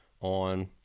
on